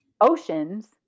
oceans